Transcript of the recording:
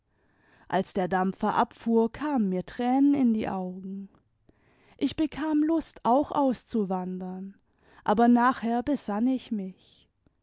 als der dampfer abfuhr kamen mir tränen in die augen ich bekam lust auch auszuwandern aber nachher besann ich mich